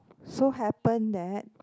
so happen that